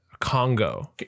Congo